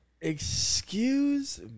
Excuse